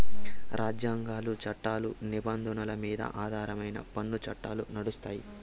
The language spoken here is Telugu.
రాజ్యాంగాలు, చట్టాల నిబంధనల మీద ఆధారమై పన్ను చట్టాలు నడుస్తాయి